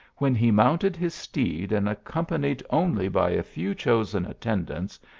when he mounted his steed, and accom panied only by a few chosen attendants,